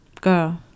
girl